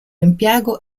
impiego